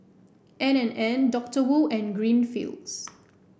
N and N Doctor Wu and Greenfields